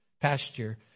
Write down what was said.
pasture